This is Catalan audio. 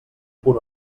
punt